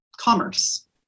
Commerce